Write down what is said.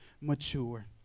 mature